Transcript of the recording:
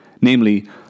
namely